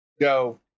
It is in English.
go